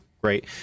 Great